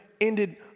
ended